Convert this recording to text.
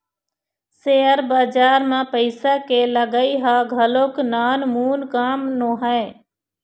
share बजार म पइसा के लगई ह घलोक नानमून काम नोहय